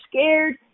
scared